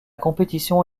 compétition